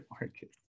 market